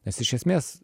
nes iš esmės